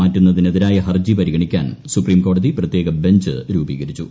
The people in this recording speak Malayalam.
മാറ്റുന്നതിനെതിരായ ഹർജി പരിഗണിക്കാൻ സുപ്രീംകോടതി പ്രത്യേക ബെഞ്ച് രൂപീകരിച്ചു